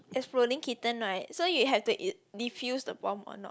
exploding kitten right so you have to defuse the bomb or not